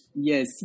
Yes